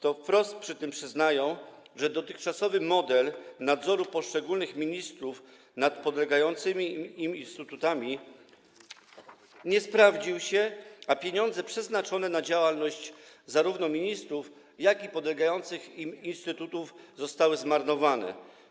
to wprost przy tym przyznają, że dotychczasowy model nadzoru poszczególnych ministrów nad podlegającymi im instytutami nie sprawdził się, a pieniądze przeznaczone na działalność zarówno ministrów, jak i podlegających im instytutów zostały zmarnowane.